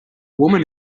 woman